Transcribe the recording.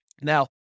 Now